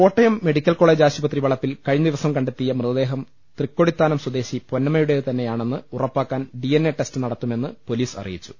Kottayam medical college ആശുപത്രി വളപ്പിൽ കഴിഞ്ഞദിവസം കണ്ടെത്തിയ മൃത ദേഹം തൃക്കൊടിത്താനം സ്വദേശി പൊന്നമ്മയുടേതു തന്നെ യാണെന്ന് ഉറപ്പാക്കാൻ ഡി എൻ എ ടെസ്റ്റ് നടത്തു മെന്ന് പൊലീസ് അറിയിച്ചു